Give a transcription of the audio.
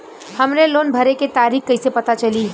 हमरे लोन भरे के तारीख कईसे पता चली?